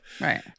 right